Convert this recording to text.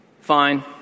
fine